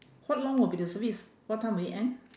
how long will be the service what time will it end